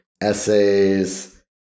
essays